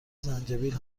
زنجبیل